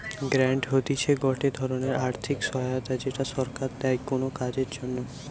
grant হতিছে গটে ধরণের আর্থিক সহায়তা যেটা সরকার দেয় কোনো কাজের জন্যে